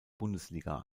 bundesliga